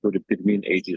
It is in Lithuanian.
turi pirmyn eiti